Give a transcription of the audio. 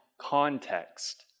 context